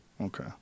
Okay